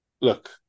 look